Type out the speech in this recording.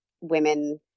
women